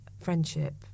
friendship